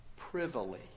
Privily